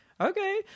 okay